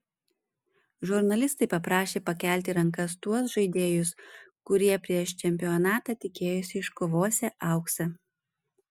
žurnalistai paprašė pakelti rankas tuos žaidėjus kurie prieš čempionatą tikėjosi iškovosią auksą